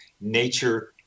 nature